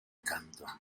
canto